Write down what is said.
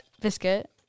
biscuit